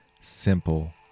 simple